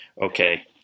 okay